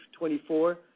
24